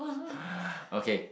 okay